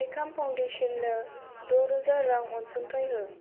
एकाम फाउन्डेस'ननो दरोजा रां अनसुंथाइ हो